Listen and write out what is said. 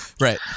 right